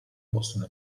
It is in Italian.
possono